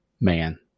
man